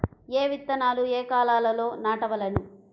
ఏ విత్తనాలు ఏ కాలాలలో నాటవలెను?